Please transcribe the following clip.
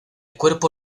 cuerpo